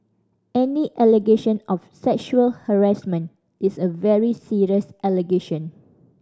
any allegation of sexual harassment is a very serious allegation